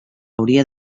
hauria